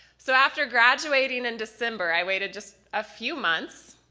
so after graduating in december, i waited just a few months,